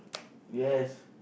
yes